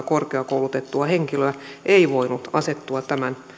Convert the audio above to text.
korkeakoulutettua henkilöä ei voinut asettua tämän